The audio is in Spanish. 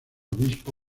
obispo